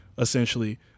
essentially